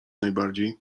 najbardziej